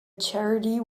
charity